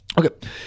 Okay